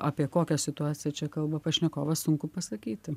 apie kokią situaciją čia kalba pašnekovas sunku pasakyti